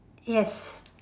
yes